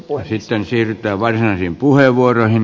sitten siirrytään varsinaisiin puheenvuoroihin